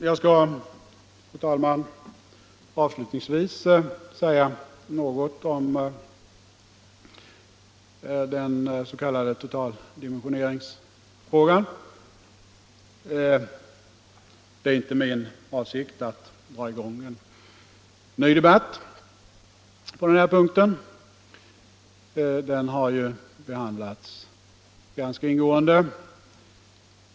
Jag skall, fru talman, avslutningsvis säga något om den s.k. totaldimensioneringsfrågan. Det är inte min avsikt att dra i gång en ny debatt på den här punkten. Frågan har behandlats ganska ingående.